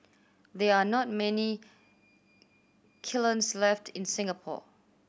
there are not many kilns left in Singapore